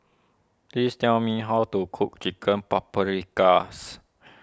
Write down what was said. please tell me how to cook Chicken Paprikas